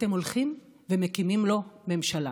אתם הולכים ומקימים לו ממשלה.